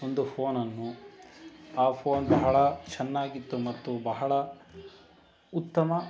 ಒಂದು ಫೋನನ್ನು ಆ ಫೋನ್ ಬಹಳ ಚೆನ್ನಾಗಿತ್ತು ಮತ್ತು ಬಹಳ ಉತ್ತಮ